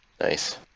Nice